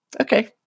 Okay